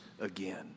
again